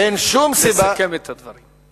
לסכם את הדברים.